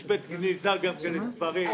יש בית גניזה לספרים,